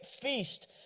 feast